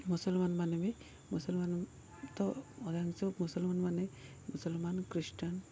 ମୁସଲମାନ ମାନେ ବି ମୁସଲମାନ ତ ମୁସଲମାନ ମାନେ ମୁସଲମାନ୍ ଖ୍ରୀଷ୍ଟ୍ରିଆନ୍